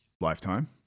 lifetime